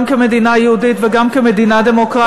גם כמדינה יהודית וגם כמדינה דמוקרטית,